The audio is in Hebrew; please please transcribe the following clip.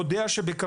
שיח